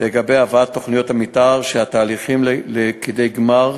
לגבי הבאת תוכניות המתאר שבהליכים לידי גמר